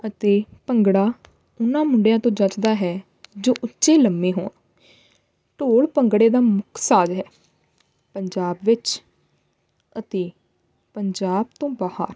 ਅਤੇ ਭੰਗੜਾ ਉਹਨਾਂ ਮੁੰਡਿਆਂ ਤੋਂ ਜਚਦਾ ਹੈ ਜੋ ਉੱਚੇ ਲੰਮੇ ਹੋਣ ਢੋਲ ਭੰਗੜੇ ਦਾ ਮੁੱਖ ਸਾਜ਼ ਹੈ ਪੰਜਾਬ ਵਿੱਚ ਅਤੇ ਪੰਜਾਬ ਤੋਂ ਬਾਹਰ